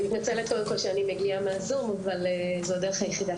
אני מתנצלת על כך שאני מדברת מהזום אך זו הדרך היחידה